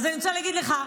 אז אני רוצה להגיד לך,